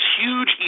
huge